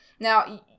Now